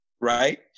right